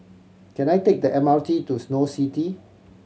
can I take the M R T to Snow City